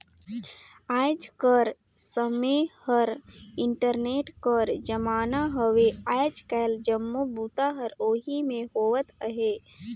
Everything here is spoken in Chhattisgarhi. आएज कर समें हर इंटरनेट कर जमाना हवे आएज काएल जम्मो बूता हर ओही में होवत अहे